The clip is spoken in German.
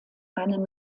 einen